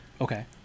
Okay